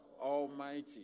Almighty